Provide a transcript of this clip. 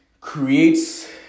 creates